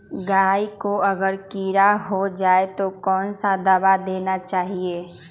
गाय को अगर कीड़ा हो जाय तो कौन सा दवा देना चाहिए?